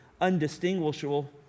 undistinguishable